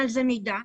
הנקודה ברורה.